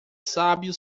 sábio